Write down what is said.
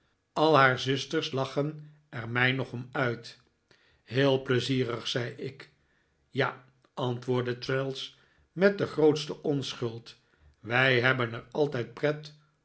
al haar zusters lachen er mij nog om uit heel pleizierig zei ik ja antwoordde traddles met de grootste onschuld wij hebben er altijd pret